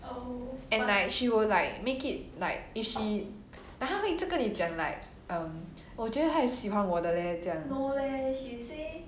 and like she will like make it like if she like 她会一直跟你讲 like err 我觉得他也喜欢我的 leh 这样